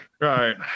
right